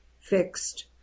fixed